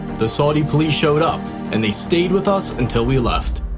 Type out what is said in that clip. the saudi police showed up and they stayed with us until we left.